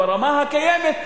ברמה הקיימת,